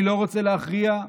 אני לא רוצה להכריע,